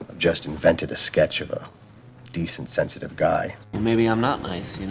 just invented a sketch of a decent, sensitive guy, maybe i'm not nice, you know?